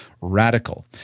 RADICAL